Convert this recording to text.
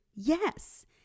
Yes